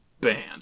banned